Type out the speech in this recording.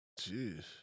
Jeez